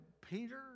Peter